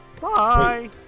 Bye